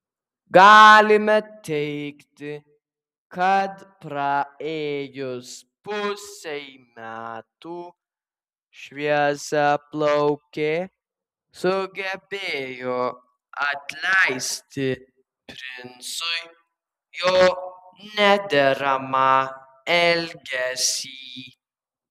galime teigti kad praėjus pusei metų šviesiaplaukė sugebėjo atleisti princui jo nederamą elgesį